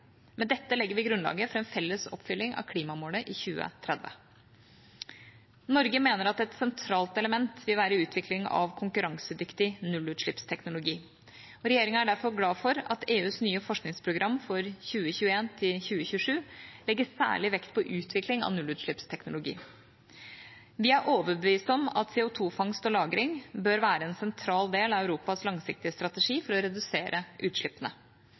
Med dette legger vi grunnlaget for en felles oppfylling av klimamålet i 2030. Norge mener et sentralt element vil være utvikling av konkurransedyktig nullutslippsteknologi. Regjeringa er derfor glad for at EUs nye forskningsprogram for 2021–2027 legger særlig vekt på utvikling av nullutslippsteknologi. Vi er overbevist om at CO 2 -fangst og -lagring bør være en sentral del av Europas langsiktige strategi for å redusere utslippene.